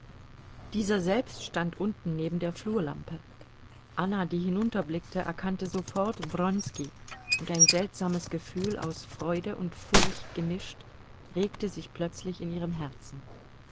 dieser selbst stand unten neben der flurlampe anna die hinunterblickte erkannte sofort wronski und ein seltsames gefühl aus freude und furcht gemischt regte sich plötzlich in ihrem herzen